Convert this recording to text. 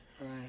right